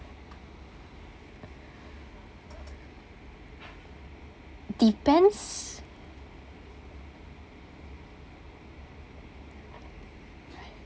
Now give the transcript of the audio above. depends